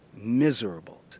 miserable